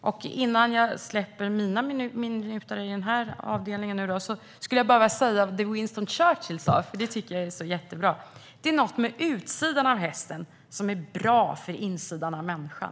Avslutningsvis vill jag dela med mig av något jättebra som Winston Churchill sa: Det är något med utsidan av hästen som är bra för insidan av människan.